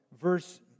verse